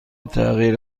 تغییر